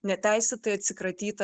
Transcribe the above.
neteisėtai atsikratyta